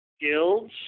guilds